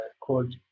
called